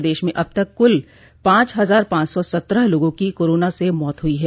प्रदेश में अब तक कुल पाँच हजार पॉच सौ सत्रह लोगों की कोरोना से मौत हुई है